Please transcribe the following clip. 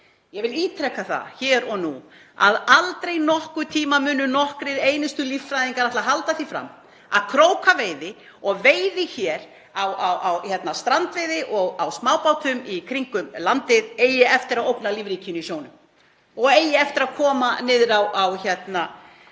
Ég vil ítreka það hér og nú að aldrei nokkurn tíma munu nokkrir einustu líffræðingar halda því fram að krókaveiði og strandveiði og veiðar á smábátum í kringum landið eigi eftir að ógna lífríkinu í sjónum og eigi eftir að koma niður á